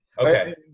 Okay